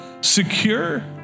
secure